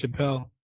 Chappelle